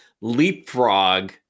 leapfrog